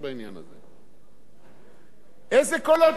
איזה קולות של מלחמה אתה שומע דרך הסנקציות האלה?